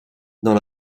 dans